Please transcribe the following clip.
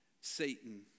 Satan